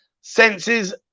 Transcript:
senses